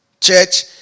Church